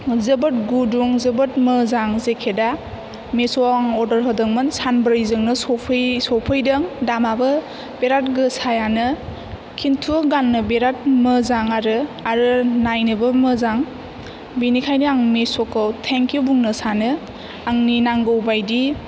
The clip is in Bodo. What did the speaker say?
जोबोथ गुदुं जोबोथ मोजां जेकेदा मिस'आव आं अर्दार होदोंमोन सानब्रैजोंनो सफै सफैदों दामाबो बिराथ गाेसायानो खिन्थु गाननो बिराद माेजां आरो आरो नायनोबो मोजां बिनिखायनो आं मिस'खौ थेंकिउ बुंनो सानो आंनि नांगौ बायदि